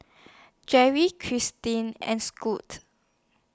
J V Kristie and Scot